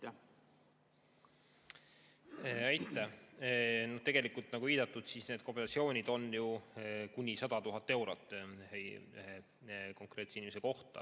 Aitäh! Tegelikult, nagu viidatud, need kompensatsioonid on ju kuni 100 000 eurot ühe konkreetse inimese kohta